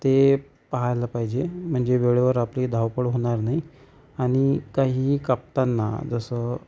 ते पाहायला पाहिजे म्हणजे वेळेवर आपली धावपळ होणार नाही आणि काहीही कापताना जसं